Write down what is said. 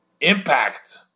impact